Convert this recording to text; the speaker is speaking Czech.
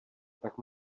tak